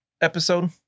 episode